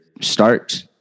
start